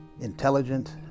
intelligent